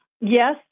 Yes